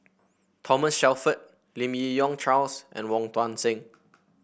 Thomas Shelford Lim Yi Yong Charles and Wong Tuang Seng